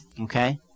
Okay